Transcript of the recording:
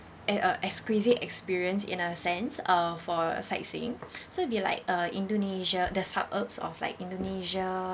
ex~ uh exquisite experience in a sense uh for sightseeing so it'd be like uh indonesia the suburbs of like indonesia